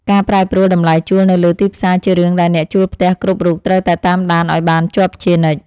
ការប្រែប្រួលតម្លៃជួលនៅលើទីផ្សារជារឿងដែលអ្នកជួលផ្ទះគ្រប់រូបត្រូវតែតាមដានឱ្យបានជាប់ជានិច្ច។